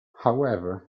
however